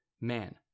Man